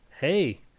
Hey